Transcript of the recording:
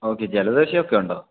okay ജലദോഷമൊക്കെ ഉണ്ടോ